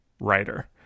writer